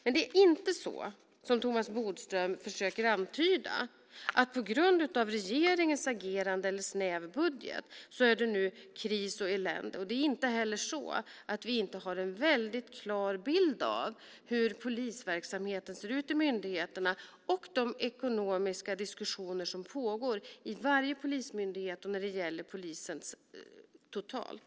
Men det är inte så som Thomas Bodström försöker antyda, att det på grund av regeringens agerande eller snäv budget nu är kris och elände. Det är inte heller så att vi inte har en väldigt klar bild av hur polisverksamheten ser ut i myndigheterna och av de ekonomiska diskussioner som pågår i varje polismyndighet och när det gäller polisen totalt.